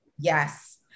Yes